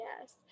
Yes